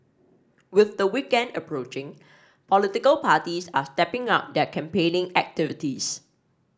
with the weekend approaching political parties are stepping up their campaigning activities